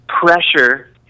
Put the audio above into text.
Pressure